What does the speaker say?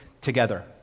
together